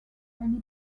only